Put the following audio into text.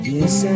Yes